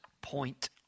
point